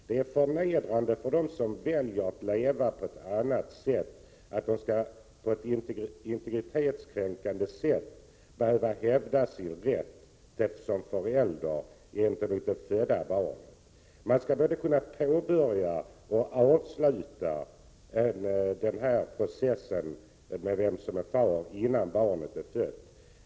Det är förnedrande för dem som väljer att leva på ett annat sätt än i äktenskapet att på ett integritetskränkande sätt behöva hävda sin rätt som föräldrar gentemot de födda barnen. Man skall kunna både påbörja och avsluta förfarandet när det gäller vem som är far till ett barn innan det är fött.